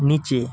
নিচে